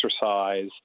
exercise